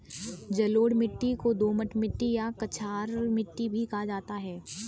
जलोढ़ मिट्टी को दोमट मिट्टी या कछार मिट्टी भी कहा जाता है